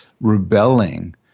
rebelling